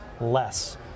less